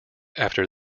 after